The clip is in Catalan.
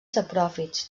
sapròfits